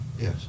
Yes